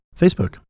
facebook